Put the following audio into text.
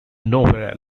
nowhere